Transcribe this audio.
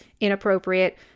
Inappropriate